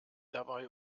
dabei